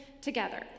together